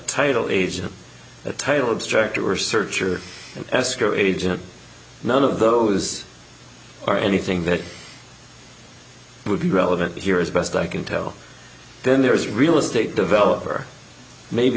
title agent a title obstruct or search or escrow agent none of those are anything that would be relevant here as best i can tell then there is real estate developer maybe